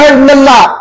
Allah